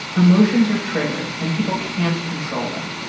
emotions are triggered, and people can't control them.